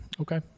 Okay